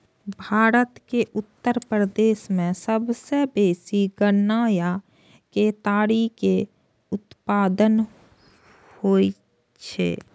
भारत के उत्तर प्रदेश मे सबसं बेसी गन्ना या केतारी के उत्पादन होइ छै